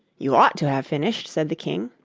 you ought to have finished said the king.